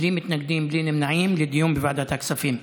בלי מתנגדים, בלי נמנעים, לדיון בוועדת הכספים.